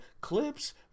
clips